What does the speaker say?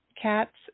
cats